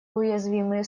уязвимые